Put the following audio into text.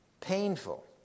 painful